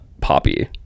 poppy